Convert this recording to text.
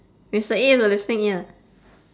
mister E is a listening ear